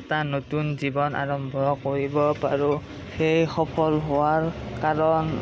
এটা নতুন জীৱন আৰম্ভ কৰিব পাৰোঁ সেই সফল হোৱাৰ কাৰণ